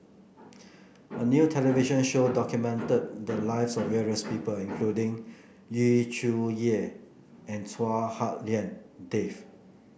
a new television show documented the lives of various people including Yu Zhuye and Chua Hak Lien Dave